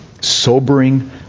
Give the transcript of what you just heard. sobering